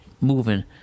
moving